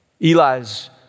Eli's